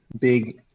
big